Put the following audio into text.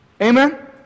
Amen